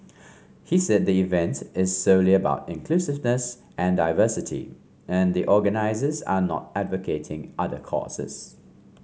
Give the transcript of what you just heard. he said the event is solely about inclusiveness and diversity and the organisers are not advocating other causes